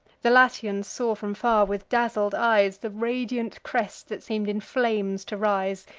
the latians saw from far, with dazzled eyes, the radiant crest that seem'd in flames to rise,